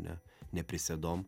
ne ne prisėdom